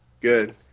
Good